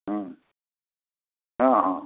हा हा